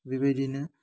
बेबायदिनो